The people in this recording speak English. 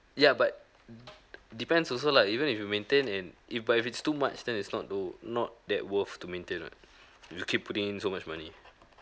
ya but depends also lah even if you maintain and if but if it's too much then is not no not that worth to maintain [what] you just keep putting in so much money